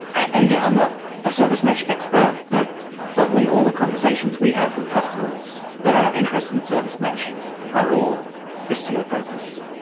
and again, i'm not a service mesh expert, but certainly all the conversations we have with customers that are interested in service mesh are all istio-focused.